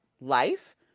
life